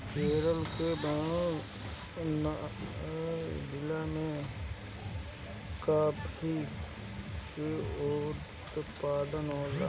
केरल के वायनाड जिला में काफी के उत्पादन होला